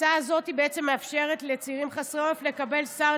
ההצעה הזאת מאפשרת לצעירים חסרי עורף לקבל סל